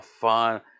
fun